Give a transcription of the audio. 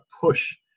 push